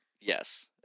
Yes